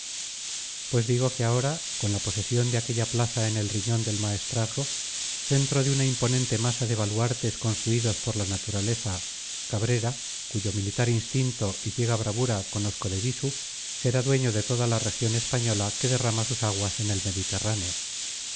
pues digo que ahora con la posesión de aquella plaza en el riñón del maestrazgo centro de una imponente masa de baluartes construidos por la naturaleza cabrera cuyo militar instinto y ciega bravura conozco de visu será dueño de toda la región española que derrama sus aguas en el mediterráneo